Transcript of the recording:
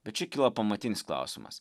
bet čia kyla pamatinis klausimas